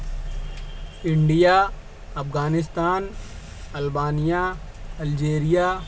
India Afghanistan Albania Algeria